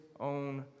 own